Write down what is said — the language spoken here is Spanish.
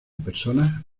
personas